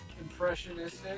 impressionistic